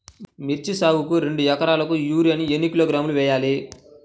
మిర్చి సాగుకు రెండు ఏకరాలకు యూరియా ఏన్ని కిలోగ్రాములు వేయాలి?